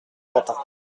quentin